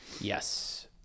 yes